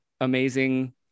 amazing